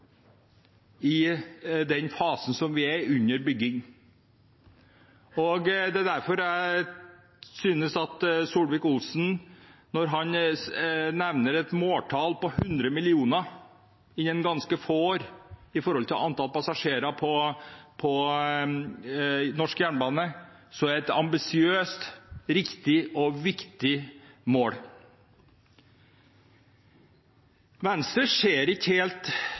i den fasen vi er i – under bygging. Det er derfor jeg synes at når statsråd Solvik-Olsen nevner et måltall på 100 millioner innen ganske få år når det gjelder antall passasjerer på norsk jernbane, er det et ambisiøst, riktig og viktig mål. Venstre ser ikke helt